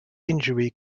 injury